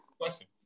Question